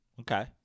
Okay